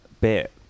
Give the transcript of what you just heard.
bit